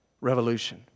revolution